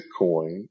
Bitcoin